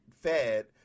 fed